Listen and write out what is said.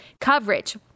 coverage